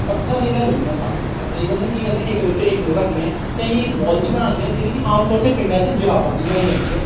ਪੱਥਰ ਜਿਹੇ ਲੈ ਲੈਂਦੇ ਹਾਂ ਸੱਤ ਪੱਥਰ ਅਸੀਂ ਉਹਨਾਂ ਨੂੰ ਕੀ ਕਰਦੇ ਹਾਂ ਇੱਕ ਦੇ ਉੱਤੇ ਇੱਕ ਨੂੰ ਰੱਖਦੇ ਹਾਂ ਅਤੇ ਅਸੀਂ ਇੱਕ ਬੋਲ ਜੀ ਬਣਾ ਲੈਂਦੇ ਹਾਂ ਜਿਹੜੀ ਕਿ ਆਮ ਤੌਰ 'ਤੇ ਪਿੰਡਾਂ 'ਚ ਜਰਾਬਾਂ ਦੀ ਬਣਾਈ ਜਾਂਦੀ ਹੈ